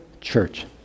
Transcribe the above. church